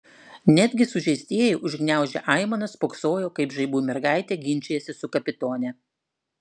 netgi sužeistieji užgniaužę aimanas spoksojo kaip žaibų mergaitė ginčijasi su kapitone